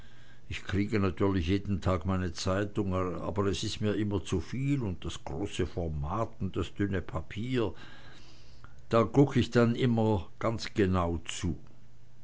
ich kriege natürlich jeden tag meine zeitung aber es is mir immer zuviel und das große format und das dünne papier da kuck ich denn nich immer ganz genau zu